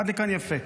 עד לכאן, יפה.